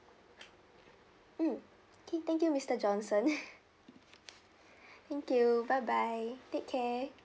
mm okay thank you mister johnson thank you bye bye take care